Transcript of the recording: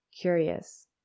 curious